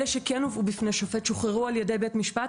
אלה שהובאו בפני שופט שוחררו על ידי בית משפט,